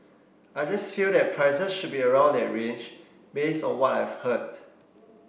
I just feel that prices should be around that range based on what I've heard